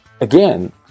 Again